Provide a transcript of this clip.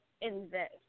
invest